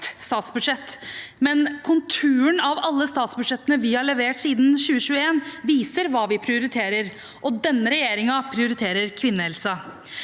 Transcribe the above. men konturen av alle statsbudsjettene vi har levert siden 2021, viser hva vi prioriterer, og denne regjeringen prioriterer kvinnehelse.